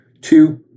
Two